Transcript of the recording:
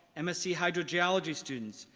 and msc hydrogeology students,